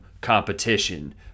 competition